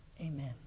amen